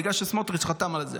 בגלל שסמוטריץ' חתם על זה.